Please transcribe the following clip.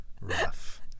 Rough